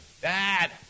Dad